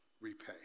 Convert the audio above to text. repay